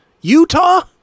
utah